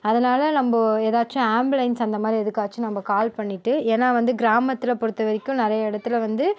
அதனால் நம்ம எதாச்சும் ஆம்புலென்ஸ் அந்த மாதிரி எதுக்காச்சும் நம்ம கால் பண்ணிட்டு ஏன்னா வந்து கிராமத்தில் பொறுத்த வரைக்கும் நிறைய இடத்துல வந்து